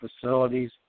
facilities